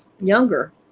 younger